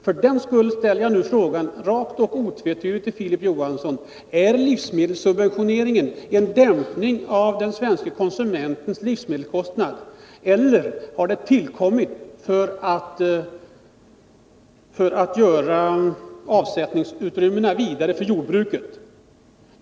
För den skull ställer jag frågan rakt och tvetydigt till Filip Johansson: Är livsmedelssubventioneringen en dämpning av den svenska konsumentens livsmedelskostnader, eller har den tillkommit för att göra avsättningsutrymmena vidare för jordbruket?